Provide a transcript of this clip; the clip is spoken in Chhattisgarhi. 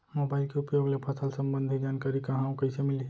मोबाइल के उपयोग ले फसल सम्बन्धी जानकारी कहाँ अऊ कइसे मिलही?